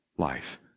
life